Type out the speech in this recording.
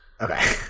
Okay